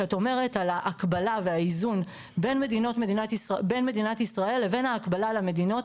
שאת אומרת על ההקבלה והאיזון בין מדינת ישראל לבין ההקבלה למדינות,